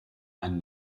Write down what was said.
einen